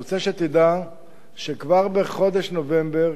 אני רוצה שתדע שכבר בחודש נובמבר,